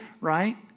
Right